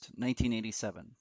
1987